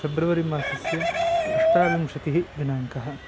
February मासस्य अष्टाविंशतिः दिनाङ्कः